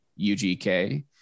ugk